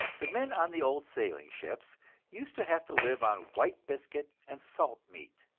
the men on the old sailing ships used to have to live on white biscuit and salt meat,